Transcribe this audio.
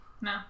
No